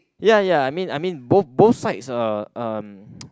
ya ya I mean I mean both both sides uh um